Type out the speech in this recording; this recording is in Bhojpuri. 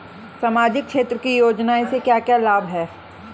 सामाजिक क्षेत्र की योजनाएं से क्या क्या लाभ है?